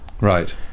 Right